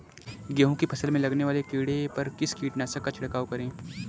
गेहूँ की फसल में लगने वाले कीड़े पर किस कीटनाशक का छिड़काव करें?